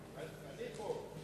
אדוני שר התקשורת,